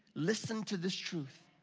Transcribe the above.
listen to this truth.